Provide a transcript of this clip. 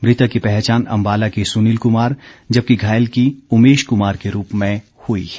मृतक की पहचान अंबाला के सुनील कुमार जबकि घायल की उमेश कुमार के रूप में हुई है